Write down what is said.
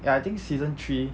ya I think season three